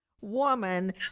woman